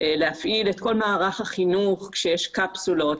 להפעיל את כל מערך החינוך כשיש קפסולות,